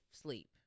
sleep